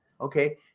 Okay